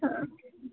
ಹಾಂ